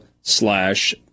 slash